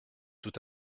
tout